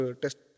test